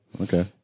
Okay